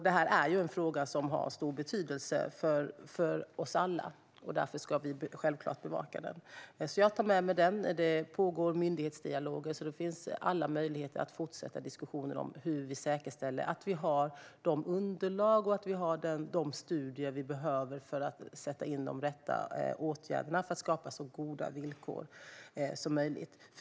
Detta är en fråga som har stor betydelse för oss alla, och därför ska vi självklart bevaka den. Det pågår myndighetsdialoger, så det finns alla möjligheter att fortsätta diskussionen om hur vi säkerställer att vi har de underlag och de studier vi behöver för att sätta in de rätta åtgärderna och skapa så goda villkor som möjligt.